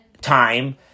time